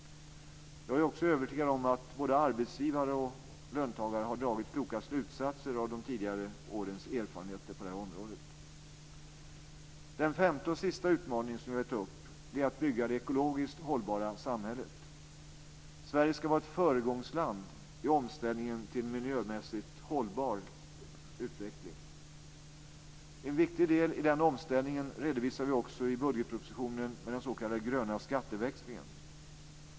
Jag är övertygad om att både arbetsgivare och löntagare har dragit kloka slutsatser av de tidigare årens erfarenheter på det här området. Den femte och sista utmaning som jag vill ta upp är att bygga det ekologiskt hållbara samhället. Sverige ska vara ett föregångsland i omställningen till en miljömässigt hållbar utveckling. En viktig del i den omställningen redovisar vi i budgetpropositionen med den s.k. gröna skatteväxlingen.